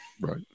Right